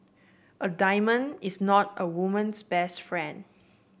a diamond is not a woman's best friend